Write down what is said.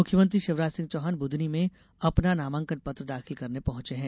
मुख्यमंत्री शिवराज सिंह चौहान बुधनी में अपना नामांकन पत्र दाखिल करने पहुंचे हैं